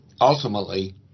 ultimately